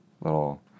little